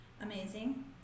Amazing